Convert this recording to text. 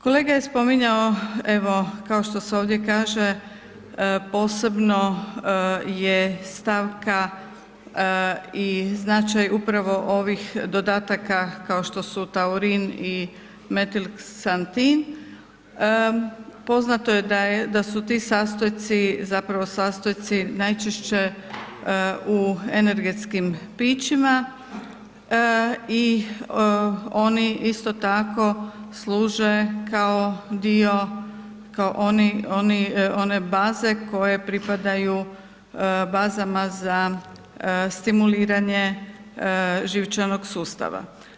Kolega je spominjao evo kao što se ovdje kaže posebno je stavka i značaj upravo ovih dodataka kao što su taurin i metilksantin, poznato je da su ti sastojci zapravo sastojci najčešće u energetskim pićima i oni isto tako služe kao dio kao one baze koje pripadaju bazama za stimuliranje živčanog sustava.